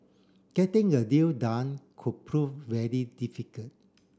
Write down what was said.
getting a deal done could prove very difficult